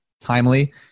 timely